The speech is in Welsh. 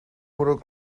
bwrw